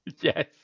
Yes